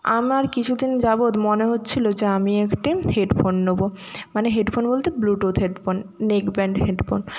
আমার কিছুদিন যাবত মনে হচ্ছিলো যে আমি একটি হেডফোন নোবো মানে হেডফোন বলতে ব্লুটুথ হেডফোন নেকব্যান্ড হেডফোন